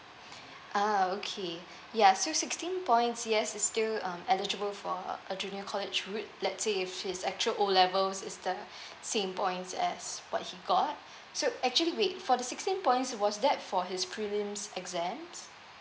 ah okay ya so sixteen points yes is still um eligible for a junior college route let's say if his actual O levels is the same points as what he got so actually wait for the sixty points was that for his prelims exams